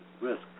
risk